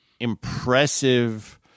Impressive